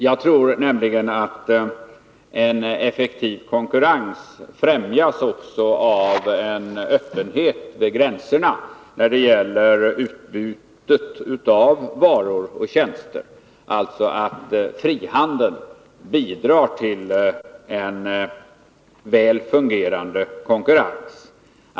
Jag tror att en effektiv konkurrens främjas också av en öppenhet vid gränserna när det gäller utbudet av varor och tjänster. Frihandeln bidrar, som jag ser det, till en väl fungerande konkurrens.